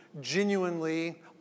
genuinely